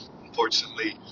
unfortunately